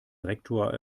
rektor